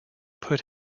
put